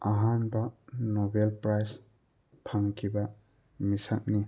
ꯑꯍꯥꯟꯕ Nobel Prize ꯐꯪꯈꯤꯕ ꯃꯤꯁꯛꯅꯤ